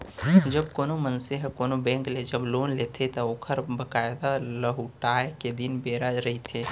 जब कोनो मनसे ह कोनो बेंक ले जब लोन लेथे त ओखर बकायदा लहुटाय के दिन बेरा रहिथे